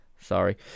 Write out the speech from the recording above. Sorry